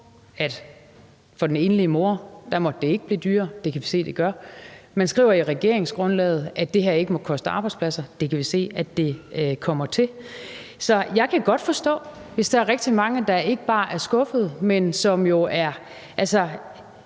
at for den enlige mor måtte det ikke blive dyrere. Det kan vi se det gør. Man skriver i regeringsgrundlaget, at det her ikke må koste arbejdspladser. Det kan vi se at det kommer til. Så jeg kan godt forstå det, hvis der er rigtig mange, der ikke bare er skuffede, men som jo altså